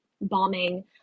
bombing